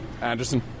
Anderson